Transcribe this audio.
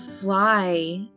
fly